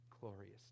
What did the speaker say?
glorious